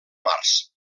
març